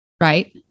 Right